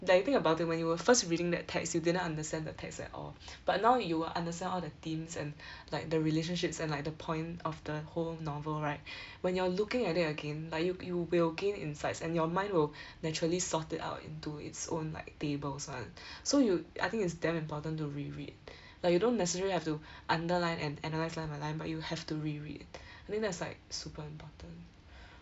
that you think about it when you were first reading that text you didn't understand the text at all but now you will understand all the themes and like the relationships and like the point of the whole novel right when you're looking at it again like you you will gain insights and your mind will naturally sort it out into its own like tables [one] so you I think it's damn important to re-read but you don't necessarily have to underline and analyse line by line but you have to re-read I think that's like super important